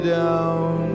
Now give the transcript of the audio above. down